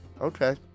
Okay